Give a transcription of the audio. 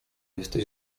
jesteś